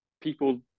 people